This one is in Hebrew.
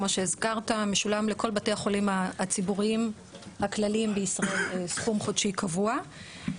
משולם לכל בתי החולים הציבוריים הכלליים בישראל סכום חודשי קבוע.